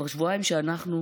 כבר שבועיים שאנחנו,